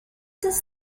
does